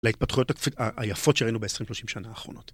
להתפתחויות היפות שראינו ב-20-30 שנה האחרונות.